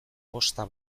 posta